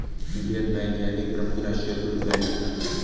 Indian Bank ह्या एक प्रमुख राष्ट्रीयीकृत बँक असा